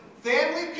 Family